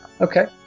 okay